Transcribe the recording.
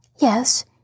Yes